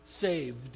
saved